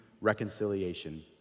reconciliation